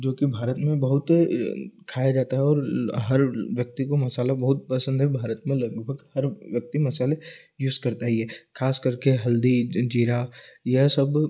जो कि भारत में बहुत खाया जाता और हल व्यक्ति को मसाला बहुत पसंद है भारत में लगभग हर व्यक्ति मसाले यूज करता ही है ख़ास करके हल्दी जीरा यह सब